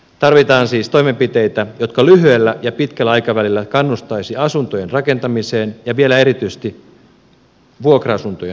tarvitaan siis toimenpiteitä jotka lyhyellä ja pitkällä aikavälillä kannustaisivat asuntojen rakentamiseen ja vielä erityisesti vuokra asuntojen rakentamiseen